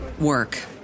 work